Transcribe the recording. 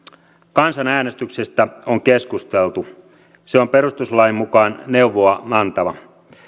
kansanäänestyksestä on keskusteltu se on perustuslain mukaan neuvoa antava